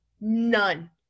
none